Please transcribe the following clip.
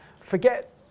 Forget